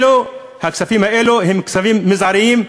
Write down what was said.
הכספים האלו הם כספים מזעריים,